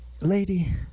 lady